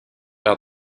out